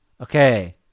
Okay